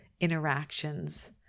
interactions